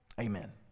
Amen